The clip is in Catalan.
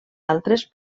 altres